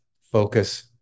focus